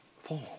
fall